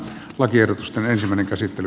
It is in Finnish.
lakiehdotusta mikä sitten